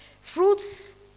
Fruits